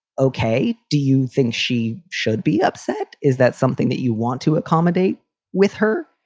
ok. do you think she should be upset? is that something that you want to accommodate with her?